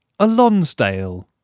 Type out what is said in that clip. Alonsdale